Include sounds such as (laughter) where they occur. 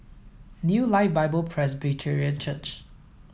New Life Bible (unintelligible) Church